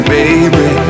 baby